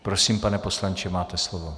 Prosím, pane poslanče, máte slovo.